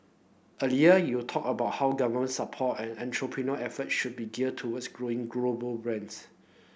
earlier you talked about how government support and entrepreneur effort should be geared towards growing global breads